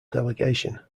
delegation